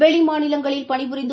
வெளிமாநிலங்களில் பணிபுரிந்து